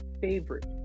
favorite